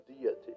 deity